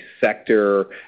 sector